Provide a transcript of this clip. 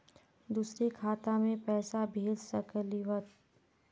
दुसरे खाता मैं पैसा भेज सकलीवह?